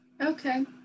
Okay